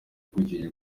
akurikije